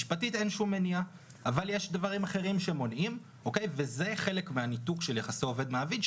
אבל יש דברים אחרים שמונעים וזה חלק מהניתוק של יחסי עובד-מעביד,